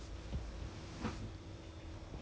it if if it's lesser than